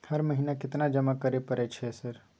हर महीना केतना जमा करे परय छै सर?